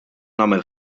nagħmel